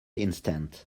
instant